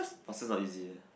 also not easy eh